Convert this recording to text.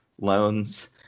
loans